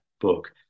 book